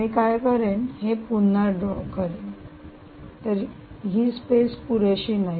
मी काय करेन हे पुन्हा ड्रॉ करेन तर ही स्पेस पुरेशी नाही